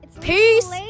Peace